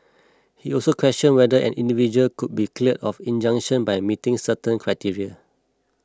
he also question whether an individual could be clear of an injunction by meeting certain criteria